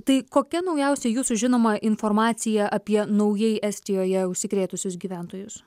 tai kokia naujausia jūsų žinoma informacija apie naujai estijoje užsikrėtusius gyventojus